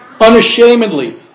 Unashamedly